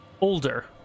older